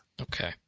Okay